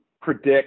predict